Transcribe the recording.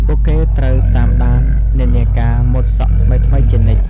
ពួកគេត្រូវតាមដាននិន្នាការម៉ូដសក់ថ្មីៗជានិច្ច។